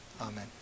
Amen